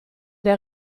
der